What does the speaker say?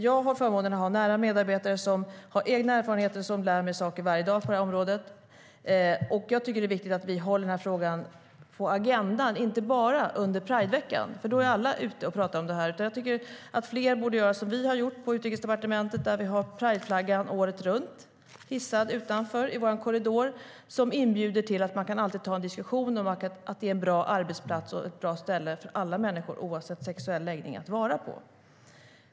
Jag har förmånen att ha nära medarbetare som har egna erfarenheter och som lär mig saker på det här området varje dag. Jag tycker att det är viktigt att vi håller frågan på agendan inte bara under Prideveckan, då alla är ute och pratar om det här. Jag tycker i stället att fler borde göra som vi har gjort på Utrikesdepartementet, där vi har Prideflaggan hissad i vår korridor året runt. Det visar att man alltid kan ta en diskussion och att det är en bra arbetsplats och ett bra ställe för alla människor, oavsett sexuell läggning, att vara på.